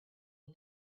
you